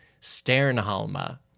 Sternhalma